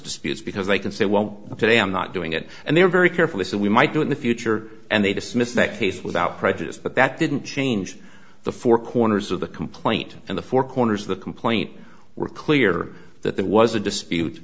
disputes because they can say well today i'm not doing it and they're very carefully so we might do in the future and they dismissed that case without prejudice but that didn't change the four corners of the complaint and the four corners of the complaint were clear that there was a dispute